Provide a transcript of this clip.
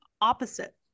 opposite